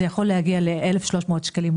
זה יכול להגיע ל-1,300 שקלים,